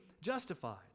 justified